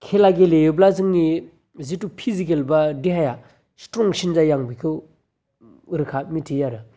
खेला गेलेयोब्ला जोंनि जिथु फिजिकेल बा देहाया स्ट्रंसिन जायो आं बेखौ रोखा मिथियो आरो